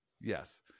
Yes